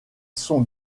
sont